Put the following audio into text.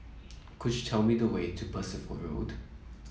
could you tell me the way to Percival Road